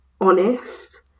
honest